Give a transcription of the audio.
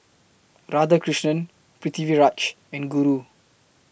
Radhakrishnan Pritiviraj and Guru